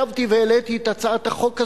שבתי והעליתי את הצעת החוק הזאת,